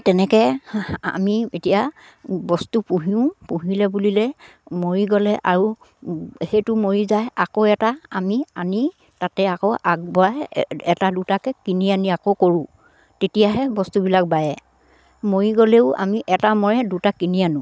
তেনেকে আমি এতিয়া বস্তু পোহোঁ পুহিলে বুলিলে মৰি গ'লে আৰু সেইটো মৰি যায় আকৌ এটা আমি আনি তাতে আকৌ আগবঢ়াই এটা দুটাকে কিনি আনি আকৌ কৰোঁ তেতিয়াহে বস্তুবিলাক বাঢ়ে মৰি গ'লেও আমি এটা মৰে দুটা কিনি আনো